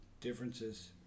differences